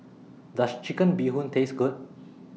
Does Chicken Bee Hoon Taste Good